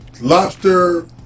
lobster